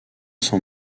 s’en